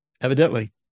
evidently